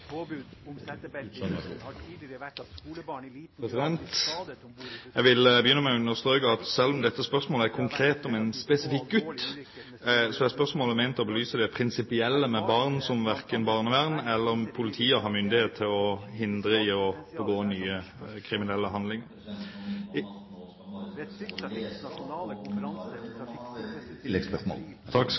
Jeg vil begynne med å understreke at selv om dette spørsmålet handler om en spesifikk gutt, er spørsmålet ment å belyse det prinsipielle med barn som verken barnevern eller politi har myndighet til å hindre i å begå nye kriminelle handlinger … Presidenten må minne om at